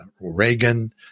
Reagan